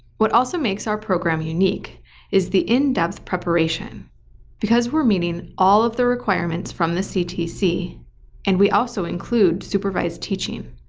what also makes our program unique is the in-depth preparation because we're meeting all of the requirements from the ctc and we also include supervised teaching.